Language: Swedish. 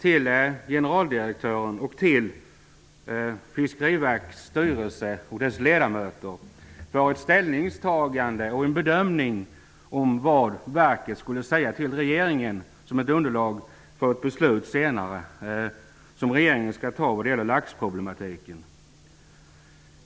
till generaldirektören och till Fiskeriverkets styrelse och dess ledamöter. Syftet är att vi skall ge regeringen ett underlag inför ett beslut som skall fattas senare i fråga om laxproblematiken.